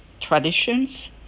traditions